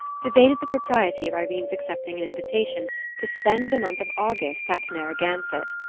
debated the propriety of irene's accepting an invitation to spend the month of august at narragansett.